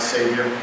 Savior